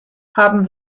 haben